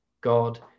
God